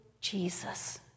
Jesus